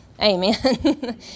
amen